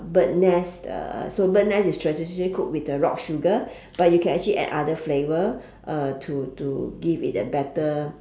bird nest uh so bird nest is traditionally cooked with the rock sugar but you can actually add other flavour uh to to give it a better